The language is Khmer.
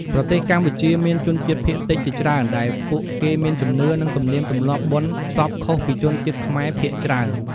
ប្រទេសកម្ពុជាមានជនជាតិភាគតិចជាច្រើន ដែលពួកគេមានជំនឿ និងទំនៀមទម្លាប់បុណ្យសពខុសពីជនជាតិខ្មែរភាគច្រើន។